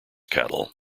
cattle